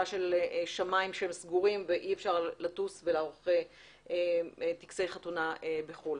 של שמים סגורים ואי אפשר לטוס ולערוך טקסי חתונה בחו"ל.